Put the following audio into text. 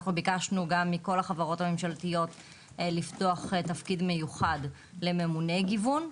אנחנו ביקשנו גם מכל החברות הממשלתיות לפתוח תפקיד מיוחד לממוני גיוון,